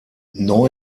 neu